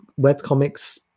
webcomics